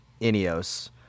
Ineos